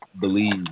believe